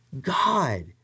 God